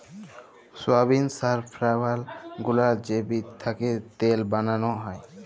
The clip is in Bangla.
সয়াবিল, সালফ্লাওয়ার গুলার যে বীজ থ্যাকে তেল বালাল হ্যয়